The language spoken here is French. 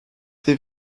des